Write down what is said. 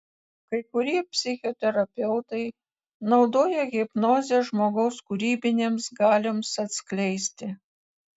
kai kurie psichoterapeutai naudoja hipnozę žmogaus kūrybinėms galioms atskleisti